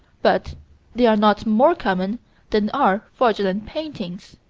but they are not more common than are fraudulent paintings.